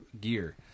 gear